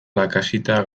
lakaxita